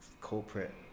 corporate